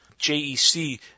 JEC